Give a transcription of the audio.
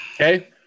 Okay